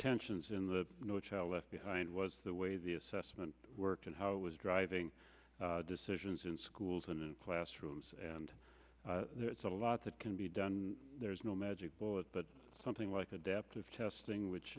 tensions in the no child left behind was the way the assessment work and how it was driving decisions in schools and classrooms and it's a lot that can be done there's no magic bullet but something like adaptive testing which